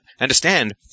Understand